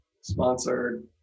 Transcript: sponsored